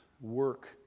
work